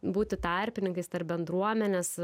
būti tarpininkais tarp bendruomenės